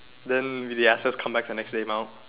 then they ask us come back the next day mah